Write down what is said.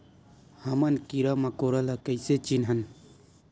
हमन कीरा मकोरा ला कइसे चिन्हन?